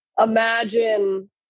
imagine